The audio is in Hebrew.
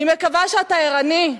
אני מקווה שאתה ערני.